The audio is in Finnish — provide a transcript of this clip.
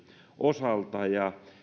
osalta ja